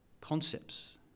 concepts